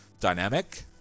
dynamic